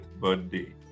birthday